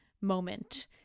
moment